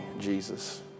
Jesus